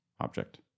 object